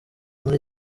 muri